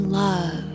love